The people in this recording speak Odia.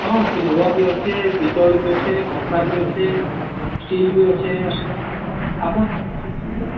ହଁ ସିଲଭର୍ ବି ଅଛେ ପିତଲ୍ ବି ଅଛେ କଂସା ବି ଅଛେ ଷ୍ଟିଲ୍ ବି ଅଛେ ଆପଣ୍